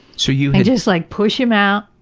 so you know just like push him out,